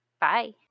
Bye